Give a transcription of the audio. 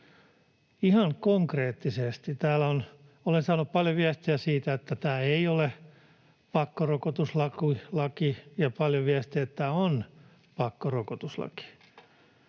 ihan konkreettisesti. Olen saanut paljon viestejä siitä, että tämä ei ole pakkorokotuslaki, ja paljon viestejä, että tämä on pakkorokotuslaki.